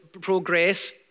progress